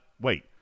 wait